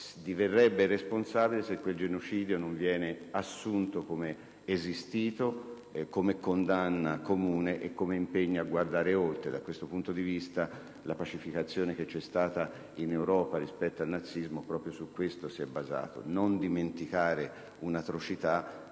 diverrebbe responsabile se quel genocidio non venisse assunto come esistito, come condanna comune e come impegno a guardare oltre. Da questo punto di vista, la pacificazione che c'è stata in Europa rispetto al nazismo si è basata proprio su questo: non dimenticare un'atrocità